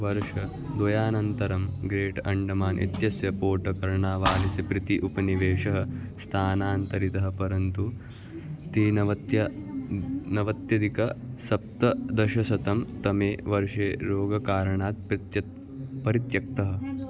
वर्षद्वयानन्तरं Great Andaman इत्यस्य पोटकर्णावादस्य प्रति उपनिवेशः स्थानान्तरितः परन्तु त्रिनवत्य नवत्यधिकसप्तदशशततमे वर्षे रोगकारणात् प्रत्यत् परित्यक्तः